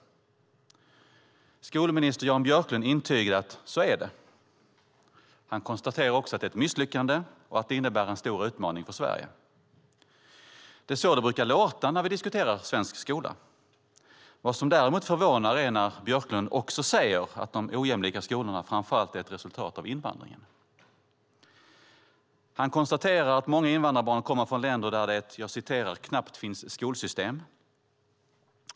Skolminister Jan Björklund intygar att så är det. Han konstaterar också att det är ett misslyckande och att det innebär en stor utmaning för Sverige. Det är så det brukar låta när vi diskuterar svensk skola. Vad som däremot förvånar är när Björklund också säger att de ojämlika skolorna framför allt är ett resultat av invandringen. Han konstaterar att många invandrarbarn kommer från länder där det "knappt finns skolsystem".